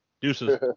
Deuces